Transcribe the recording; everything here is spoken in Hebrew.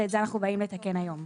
ואת זה אנחנו באים לתקן היום.